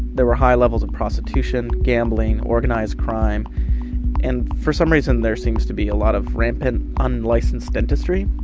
there were high levels of prostitution, gambling, organized crime and for some reason there seems to be a lot of rampant, unlicensed dentistry?